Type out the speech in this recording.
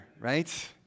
right